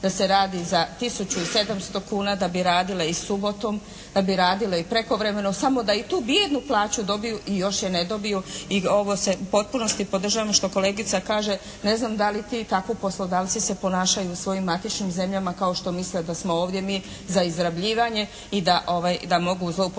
da se radi za tisuću i 700 kuna da bi radile i subotom, da bi radile i prekovremeno samo da i tu bijednu plaću dobiju i još je ne dobiju i ovo se u potpunosti podržavam što kolegica kaže ne znam da li ti tako poslodavci se ponašaju u svojim matičnim zemljama kao što misle da smo ovdje mi za izrabljivanje i da mogu zloupotrebljavati